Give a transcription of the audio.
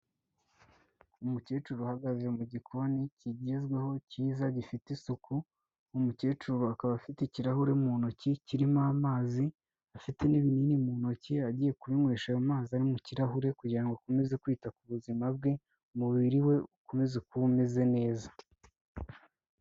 Umukecuru ahagaze mu gikoni kigezweho, cyiza, gifite isuku, umukecuru akaba afite ikirahure mu ntoki kirimo amazi, afite n'ibinini mu ntoki agiye kubinywesha ayo mazi ari mu kirahure kugira ngo akomeze kwita ku buzima bwe, umubiri we ukomeze kuba umeze neza.